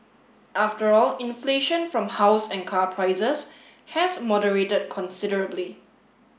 after all inflation from house and car prices has moderated considerably